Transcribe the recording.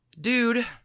Dude